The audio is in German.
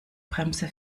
bremse